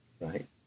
right